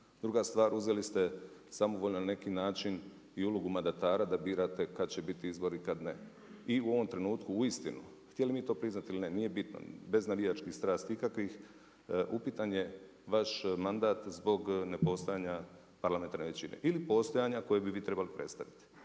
Druga stvar, uzeli ste samovoljno na neki način i ulogu mandatara da birate kad će biti izbori, kad ne. I u ovom trenutku uistinu htjeli mi to priznati ili ne, nije bitno bez navijačkih strasti ikakvih upitan je vaš mandat zbog nepostojanja parlamentarne većine ili postojanja koje bi vi trebali predstaviti.